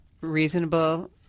reasonable